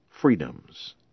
freedoms